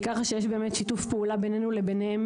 ויש בינינו לבינם